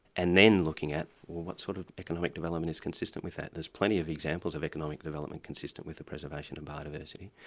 and then looking at well what sort of economic development is consistent with that? there's plenty of examples of economic development consistent with the preservation of biodiversity.